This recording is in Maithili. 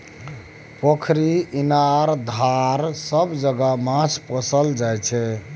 पोखरि, इनार, धार सब जगह माछ पोसल जाइ छै